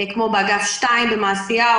כמו: באגף 2 במעשיהו,